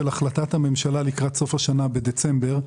סוף השנה, בדצמבר,